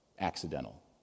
accidental